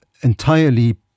entirely